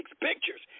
pictures